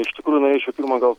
iš tikrųjų norėčiau pirma gal